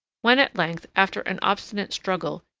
when at length, after an obstinate struggle,